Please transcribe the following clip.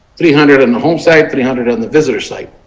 three hundred and homesite. three hundred on the visitor site.